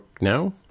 now